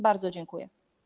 Bardzo dziękuję.